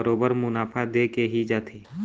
बरोबर मुनाफा देके ही जाथे